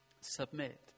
submit